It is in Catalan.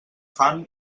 fan